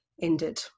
ended